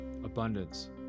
Abundance